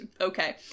Okay